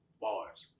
bars